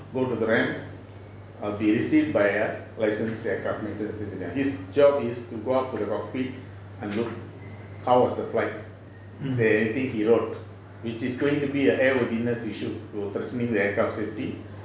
go to the R_A_M err be received by a licenced air craft maintenance engineer his job is to go up to the cockpit and look how was the flight is there anything he wrote which is going to be a air worthiness issue threatening the aircraft safety